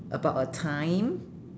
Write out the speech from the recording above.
about a time